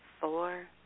four